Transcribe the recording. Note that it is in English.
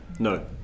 No